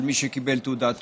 של מי שקיבל תעודת תושב: